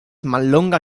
mallonga